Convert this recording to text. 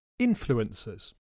influencers